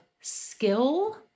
skill